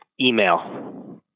Email